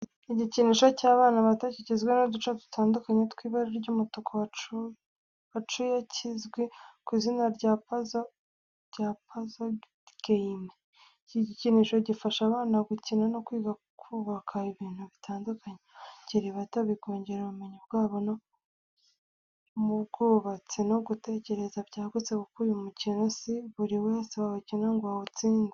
Igikinisho cy’abana bato kigizwe n’uduce dutandukanye tw’ibara ry'umutuku wacuye kizwi ku izina rya pazo geyime. Iki gikinisho gifasha abana gukina no kwiga kubaka ibintu bitandukanye bakiri bato, kikongera ubumenyi bwabo mu bwubatsi no gutekereza byagutse kuko uyu mukino si buri wese wawukina ngo awutsinde.